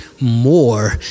more